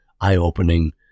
eye-opening